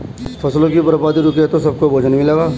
फसलों की बर्बादी रुके तो सबको भोजन मिलेगा